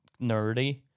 nerdy